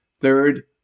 Third